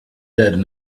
dead